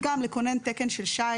אבל למה למשל אין תסקיר השפעה על